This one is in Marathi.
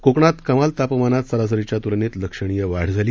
कोकणात कमाल तापमानात सरासरीच्या तुलनेत लक्षणीय वाढ झाली